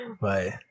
Bye